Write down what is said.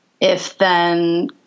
if-then